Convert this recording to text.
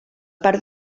part